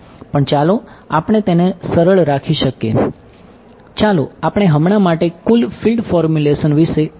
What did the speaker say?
પણ ચાલો આપણે તેને સરળ રાખી શકીએ ચાલો આપણે હમણાં માટે કુલ ફીલ્ડ ફોર્મ્યુલેશન વિશે વિચારો